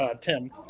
Tim